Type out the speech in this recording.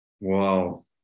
Wow